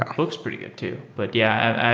like looks pretty good too. but yeah,